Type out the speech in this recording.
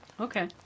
Okay